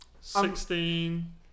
Sixteen